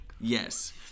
Yes